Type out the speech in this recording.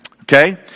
Okay